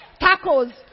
Tacos